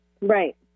Right